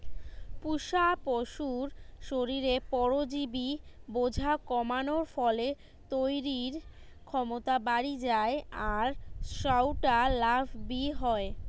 পুশা পশুর শরীরে পরজীবি বোঝা কমানার ফলে তইরির ক্ষমতা বাড়ি যায় আর সউটা লাভ বি হয়